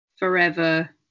forever